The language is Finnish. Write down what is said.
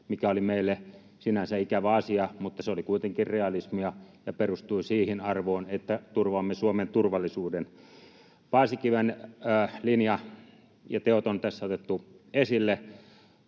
mikä oli meille sinänsä ikävä asia, mutta se oli kuitenkin realismia ja perustui siihen arvoon, että turvaamme Suomen turvallisuuden. Paasikiven linja ja teot on tässä otettu esille.